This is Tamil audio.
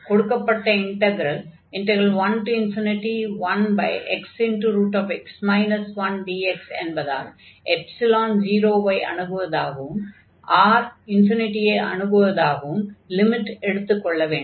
கொடுக்கப்பட்ட இன்டக்ரல் 11xx 1dx என்பதால் 0 ஐ அணுகுவதாகவும் மற்றும் R ஐ அணுகுவதாகவும் லிமிட் எடுத்துக் கொள்ள வேண்டும்